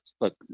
Look